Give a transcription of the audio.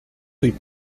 rue